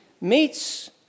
meets